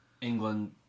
England